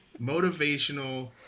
Motivational